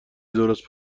درست